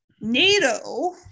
NATO